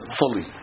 fully